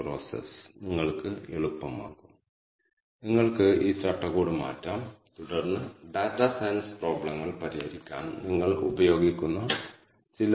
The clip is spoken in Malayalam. പ്ലോട്ടും x ലാബും y ലാബും ചേർന്ന് അവയുടെ സാധാരണ അർത്ഥം x ലേബലും അവ y ലേബലും ആണ് എന്നാണ്